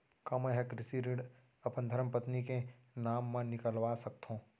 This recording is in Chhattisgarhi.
का मैं ह कृषि ऋण अपन धर्मपत्नी के नाम मा निकलवा सकथो?